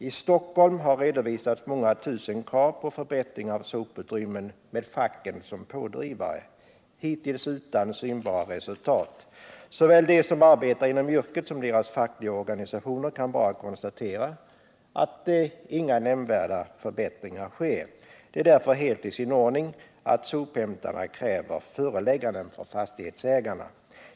I Stockholm har det redovisats tusentals krav på förbättringar av soputrymmen, varvid facken har varit pådrivare — hittills dock utan synbara resultat. Såväl de som arbetar inom yrket som deras fackliga organisationer kan bara konstatera att inga nämnvärda förbättringar sker. Det är därför helt i sin ordning att sophämtarna kräver förelägganden för fastighetsägarna. )